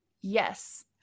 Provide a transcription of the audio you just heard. Yes